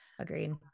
agreed